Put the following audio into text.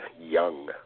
young